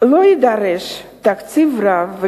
לא יידרש תקציב רב,